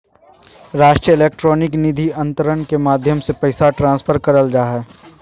राष्ट्रीय इलेक्ट्रॉनिक निधि अन्तरण के माध्यम से पैसा ट्रांसफर करल जा हय